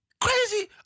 crazy